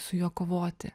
su juo kovoti